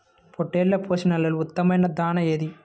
పొట్టెళ్ల పోషణలో ఉత్తమమైన దాణా ఏది?